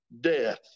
death